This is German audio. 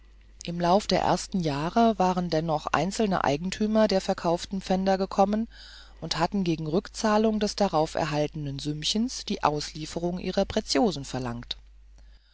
im laufe der ersten jahre waren dennoch einzelne eigentümer der verkauften pfänder gekommen und hatten gegen rückzahlung des darauf erhaltenen sümmchens die auslieferung ihrer pretiosen verlangt